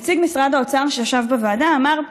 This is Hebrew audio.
נציג משרד האוצר שישב בוועדה אמר: